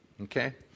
Okay